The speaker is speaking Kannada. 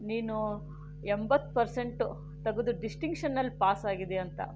ನೀನು ಎಂಬತ್ತು ಪರ್ಸೆಂಟ್ ತೆಗೆದು ಡಿಸ್ಟಿಂಕ್ಷನ್ನಲ್ಲಿ ಪಾಸಾಗಿದ್ದೀಯ ಅಂತ